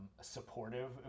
supportive